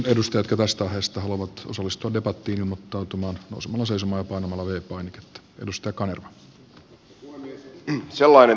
pyydän edustajia jotka tästä aiheesta haluavat osallistua debattiin ilmoittautumaan nousemalla seisomaan ja painamalla v painiketta